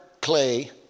clay